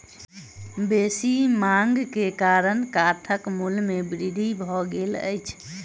बेसी मांग के कारण काठक मूल्य में वृद्धि भ गेल अछि